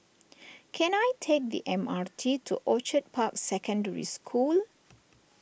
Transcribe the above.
can I take the M R T to Orchid Park Secondary School